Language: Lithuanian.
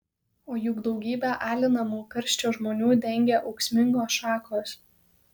o juk daugybę alinamų karščio žmonių dengia ūksmingos šakos